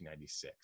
1996